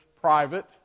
private